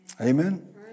Amen